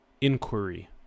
Inquiry